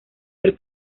del